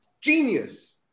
Genius